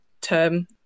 term